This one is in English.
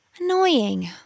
Annoying